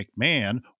McMahon